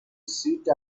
sit